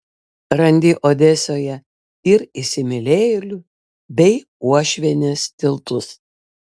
randi odesoje ir įsimylėjėlių bei uošvienės tiltus